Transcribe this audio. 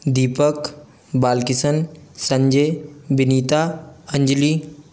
Deepak Bal Kishan Sanjay Vinita Anjali